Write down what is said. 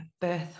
birth